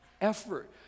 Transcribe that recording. effort